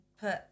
put